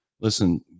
listen